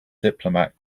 diplomat